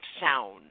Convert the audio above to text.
sound